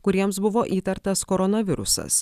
kuriems buvo įtartas koronavirusas